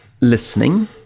listening